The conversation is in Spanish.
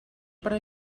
para